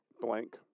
Blank